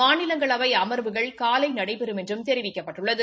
மாநிலங்களவை அமா்வுகள் காலை நடைபெறும் என்றும் தெரிவிக்கப்பட்டுள்ளது